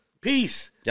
Peace